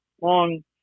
long